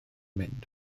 mynd